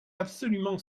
absolument